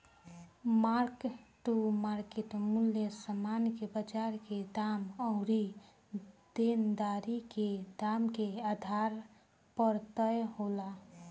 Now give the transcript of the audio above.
mark to market मूल्य समान के बाजार के दाम अउरी देनदारी के दाम के आधार पर तय होला